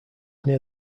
near